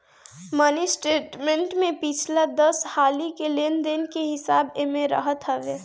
mini statement में पिछला दस हाली के लेन देन के हिसाब एमे रहत हवे